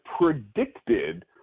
predicted